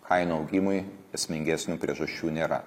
kainų augimui esmingesnių priežasčių nėra